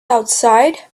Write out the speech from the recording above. outside